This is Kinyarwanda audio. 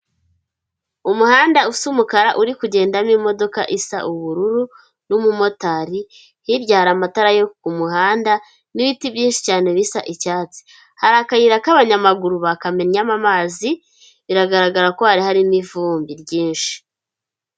Umuhanda usa umukara uri kugendamo imodoka isa ubururu, n'umumotari, hirya hari amatara yo ku muhanda, n'ibiti byinshi cyane bisa icyatsi. Hari akayira k'abanyamaguru bakamennyemo amazi, biragaragara ko hari harimo n'ivumbi ryinshi.